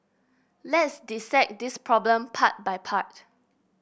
let's dissect this problem part by part